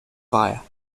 fire